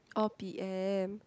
oh P_M